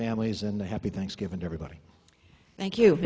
families in the happy thanksgiving everybody thank you